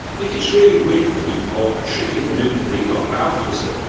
if it's really windy or a tricky maneuver, we've got a bow thruster.